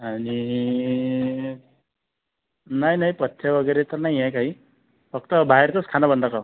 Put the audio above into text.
आणि नाही नाही पथ्य वगैरे तर नाही आहे काही फक्त बाहेरचंच खाणं बंद कर